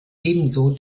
ebenso